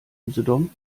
usedom